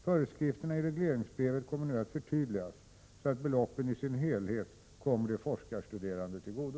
Föreskrifterna i regleringsbrevet kommer nu att förtydligas så att beloppen i sin helhet kommer de forskarstuderande till godo.